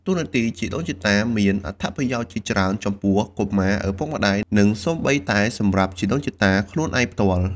តួនាទីជីដូនជីតាមានអត្ថប្រយោជន៍ជាច្រើនចំពោះ កុមារ ឪពុកម្តាយ និងសូម្បីតែសម្រាប់ជីដូនជីតាខ្លួនឯងផ្ទាល់។